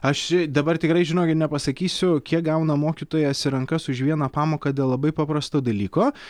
aš dabar tikrai žinokit nepasakysiu kiek gauna mokytojas į rankas už vieną pamoką dėl labai paprasto dalyko